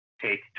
Take